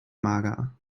mager